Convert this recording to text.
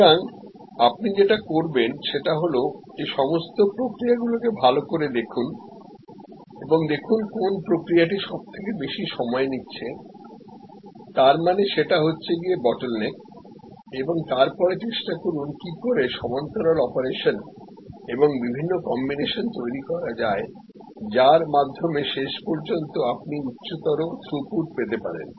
সুতরাং আপনি যেটা করবেন সেটা হলো এই সমস্ত প্রক্রিয়া গুলোকে ভাল করে দেখুন এবং দেখুন কোন প্রক্রিয়াটি সবথেকে বেশি সময় নিচ্ছে তারমানে সেটা হচ্ছে গিয়ে বটলনেক এবং তার পরে চেষ্টা করুন কি করে সমান্তরাল অপারেশন এবং বিভিন্ন কম্বিনেশন তৈরি করা যায় যার মাধ্যমে শেষ পর্যন্ত আপনি বেশি থ্রুপুট পেতে পারেন